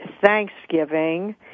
thanksgiving